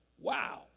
Wow